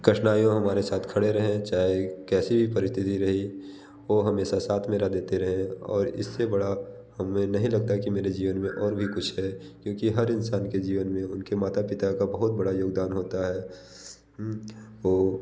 कठिनाइयों में हमारे साथ खड़े रहे चाहे कैसी भी परिस्थिति रही वो हमेशा साथ मेरा देते रहे हैं और इससे बड़ा हमें नहीं लगता है कि मेरे जीवन में और भी कुछ है क्योंकि हर इंसान के जीवन में उनके माता पिता का बहुत बड़ा योगदान होता है वो